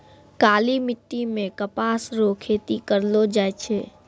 काली मिट्टी मे कपास रो खेती करलो जाय छै